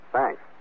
Thanks